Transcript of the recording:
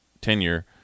tenure